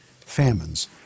famines